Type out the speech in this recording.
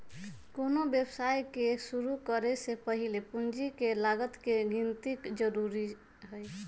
कोनो व्यवसाय के शुरु करे से पहीले पूंजी के लागत के गिन्ती जरूरी हइ